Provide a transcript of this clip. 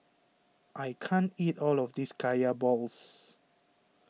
I can't eat all of this Kaya Balls